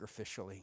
sacrificially